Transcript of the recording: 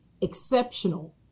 exceptional